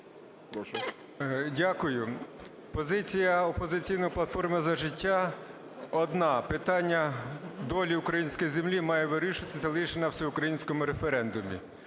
Дякую. Позиція "Опозиційної платформи - За життя" одна: питання долі української землі має вирішуватися лише на всеукраїнському референдумі.